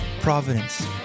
Providence